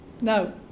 No